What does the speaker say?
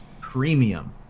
premium